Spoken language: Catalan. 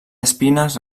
espines